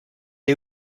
est